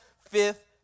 Fifth